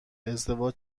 ازدواج